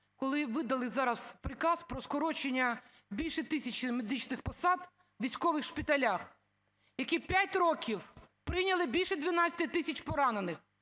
коли видали зараз приказ про скорочення більше тисячі медичних посад у військових шпиталях, які за 5 років прийняли більше 12 тисяч поранених?